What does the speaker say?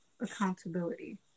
accountability